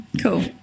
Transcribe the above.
Cool